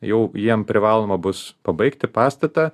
jau jiem privaloma bus pabaigti pastatą